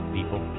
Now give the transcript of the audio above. People